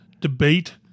debate